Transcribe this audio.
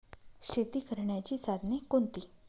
शेती करण्याची साधने कोणती?